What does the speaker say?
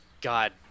god